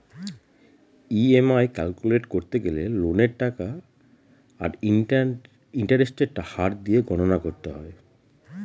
EMI calculate করতে গেলে লোনের টাকা আর ইন্টারেস্টের হার দিয়ে গণনা করতে হয়